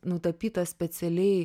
nutapyta specialiai